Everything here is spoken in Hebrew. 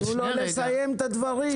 תנו לו לסיים את הדברים.